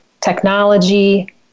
technology